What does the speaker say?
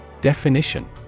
Definition